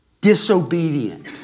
disobedient